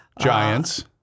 Giants